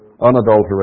unadulterated